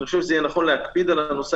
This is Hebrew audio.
אני חושב שיהיה נכון להקפיד על הנושא